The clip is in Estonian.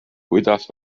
kuidas